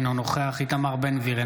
אינו נוכח איתמר בן גביר,